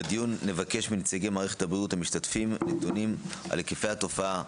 בדיון נבקש מנציגי מערכת הבריאות המשתתפים נתונים על הקיפי התופעה,